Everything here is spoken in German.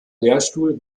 lehrstuhl